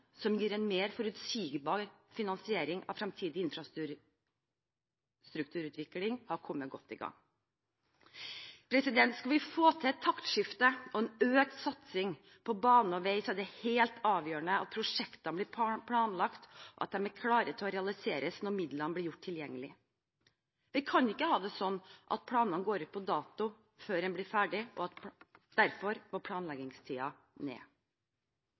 som gir en mer forutsigbar finansiering av fremtidig infrastrukturutvikling, har kommet godt i gang. Skal vi få til et taktskifte og en økt satsing på vei og bane, er det helt avgjørende at prosjektene blir planlagt, og at de er klare til å realiseres når midlene blir gjort tilgjengelig. Vi kan ikke ha det sånn at planene går ut på dato før en blir ferdig. Derfor må planleggingstiden ned.